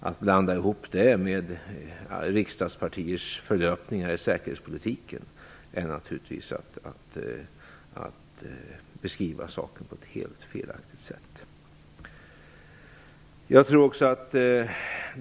Att blanda ihop det med riksdagspartiers fördömanden i säkerhetspolitiken är naturligtvis att beskriva saken på ett helt felaktigt sätt.